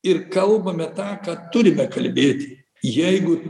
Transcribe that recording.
ir kalbame tą ką turime kalbėti jeigu